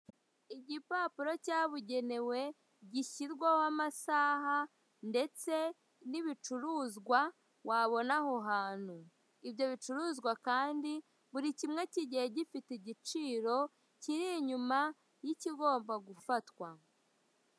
Igipapuro cyabugenewe, gishyirwaho amasaha, ndetse, n'ibicuruzwa wabona aho hantu, ibyo bicuruzwa kandi buri kimwe kigiye gifite igikiro kiri inyuma y'ikigomba gufatwa.